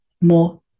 more